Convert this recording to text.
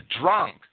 drunk